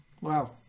Wow